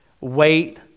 Wait